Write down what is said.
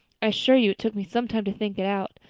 i assure you it took me some time to think it out.